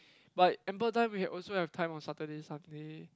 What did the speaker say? but ample time we have also have time on Saturday Sunday